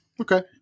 Okay